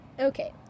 Okay